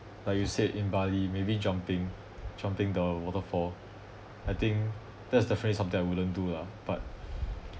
like you said in bali maybe jumping jumping the waterfall I think that's definitely something I wouldn't do lah but